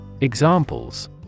Examples